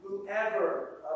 Whoever